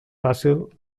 fàcil